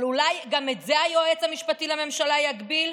אבל אולי גם את זה היועץ המשפטי לממשלה יגביל?